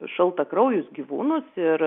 šaltakraujus gyvūnus ir